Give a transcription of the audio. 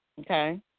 okay